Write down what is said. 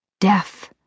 Death